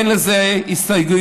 אין לזה הסתייגויות.